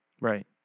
right